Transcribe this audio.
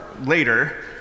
later